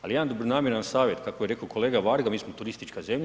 Ali jedan dobronamjeran savjet kako je rekao kolega Varga, mi smo turistička zemlja.